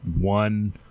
one